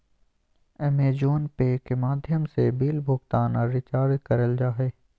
अमेज़ोने पे के माध्यम से बिल भुगतान आर रिचार्ज करल जा हय